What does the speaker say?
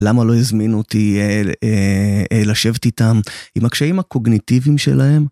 למה לא הזמין אותי לשבת איתם עם הקשיים הקוגניטיביים שלהם?